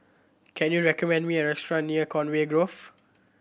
can you recommend me a restaurant near Conway Grove